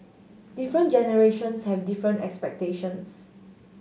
different generations have different expectations